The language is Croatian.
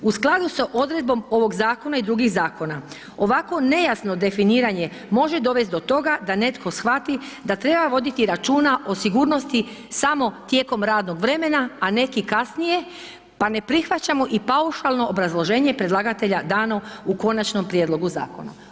U skladu s odredbom ovog zakona i drugih zakona, ovako nejasno definiranje, može dovesti do toga, da netko shvati da treba voditi računa o sigurnosti samo tijekom radnog vremena, a neki kasnije, pa ne prihvaćamo i paušalno obrazloženje predlagatelja dano u konačnom prijedlogu zakona.